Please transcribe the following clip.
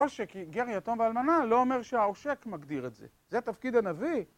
עושק גר יתום ואלמנה לא אומר שהעושק מגדיר את זה, זה תפקיד הנביא.